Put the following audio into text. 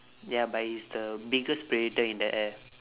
ya but it's the biggest predator in the air